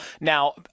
now